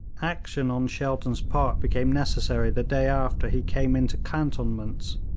action on shelton's part became necessary the day after he came into cantonments.